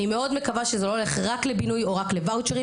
אני מאוד מקווה שזה לא הולך רק לבינוי או רק לוואוצ'רים,